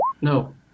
No